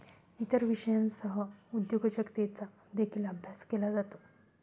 इतर विषयांसह उद्योजकतेचा देखील अभ्यास केला जातो